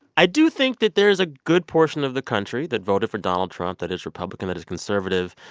i do think that there is a good portion of the country that voted for donald trump that is republican, that is conservative,